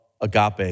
agape